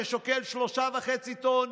ששוקל 3.5 טון,